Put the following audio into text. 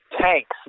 tanks